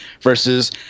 versus